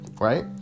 right